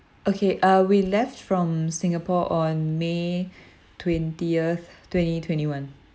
okay uh we left from singapore on may twentieth twenty twenty-one